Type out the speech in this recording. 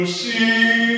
see